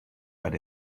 but